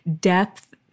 depth